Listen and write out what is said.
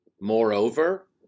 Moreover